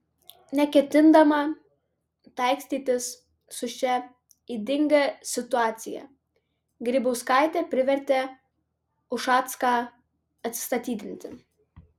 neketindama taikstytis su šia ydinga situacija grybauskaitė privertė ušacką atsistatydinti